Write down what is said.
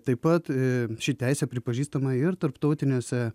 taip pat ši teisė pripažįstama ir tarptautiniuose